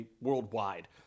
worldwide